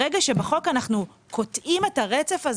וברגע שבחוק אנחנו קוטעים את הרצף הזה